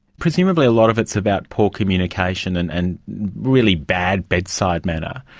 presumably a lot of it's about poor communication and and really bad bedside manner.